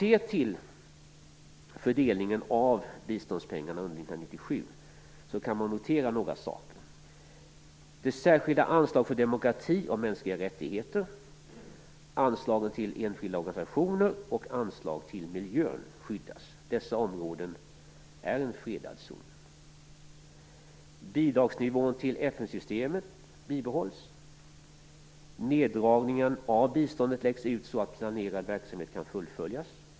1997 kan man notera några saker: Det särskilda anslaget för demokrati och mänskliga rättigheter, anslagen till enskilda organisationer och anslagen till miljön skyddas. Dessa områden är en fredad zon. Bidragsnivån avseende FN-systemet bibehålls. Neddragningen av biståndet läggs ut så att planerad verksamhet kan fullföljas.